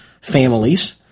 families